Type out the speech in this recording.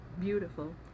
beautiful